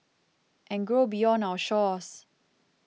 and grow beyond our shores